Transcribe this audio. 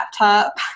laptop